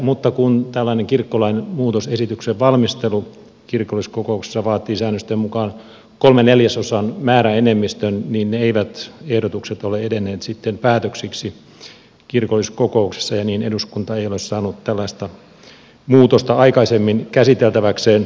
mutta kun tällainen kirkkolain muutosesityksen valmistelu kirkolliskokouksessa vaatii säännösten mukaan kolmen neljäsosan määräenemmistön niin ehdotukset eivät ole edenneet päätöksiksi kirkolliskokouksessa ja niin eduskunta ei ole saanut tällaista muutosta aikaisemmin käsiteltäväkseen